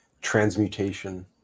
transmutation